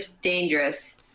dangerous